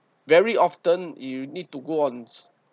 very often you need to go on